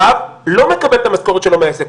הרב לא מקבל את המשכורת שלו מהעסק.